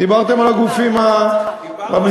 דיברתם על הגופים המסחריים.